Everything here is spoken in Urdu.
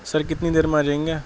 سر کتنی دیر میں آ جائیں گے